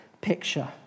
picture